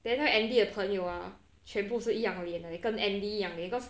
then 那 andy 的朋友 ah 全部是一样脸的 eh 跟 andy 一样脸的